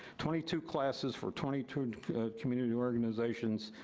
twenty two classes for twenty two community organizations,